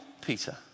Peter